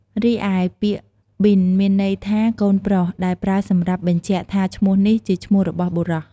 រីឯពាក្យប៊ីន មានន័យថា កូនប្រុស ដែលប្រើសម្រាប់បញ្ជាក់ថាឈ្មោះនេះជាឈ្មោះរបស់បុរស។